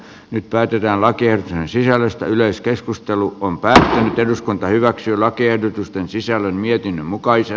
nyt päätetään lakiehdotuksen sisällöstä yleiskeskustelu kun pääsee nyt eduskunta hyväksyy lakiehdotusten sisällöstä